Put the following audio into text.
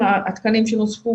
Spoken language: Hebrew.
התקנים שנוספו